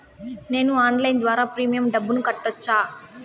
నేను ఆన్లైన్ ద్వారా ప్రీమియం డబ్బును కట్టొచ్చా?